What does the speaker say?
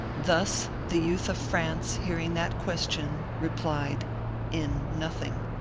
thus the youth of france, hearing that question, replied in nothing.